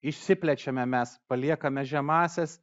išsiplečiame mes paliekame žemąsias